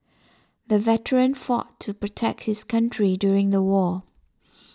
the veteran fought to protect his country during the war